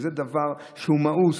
זה דבר שהוא מאוס,